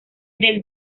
del